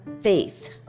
faith